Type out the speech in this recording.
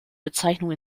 bezeichnung